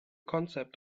concept